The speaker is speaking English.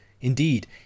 Indeed